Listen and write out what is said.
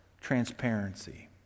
transparency